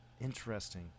interesting